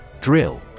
Drill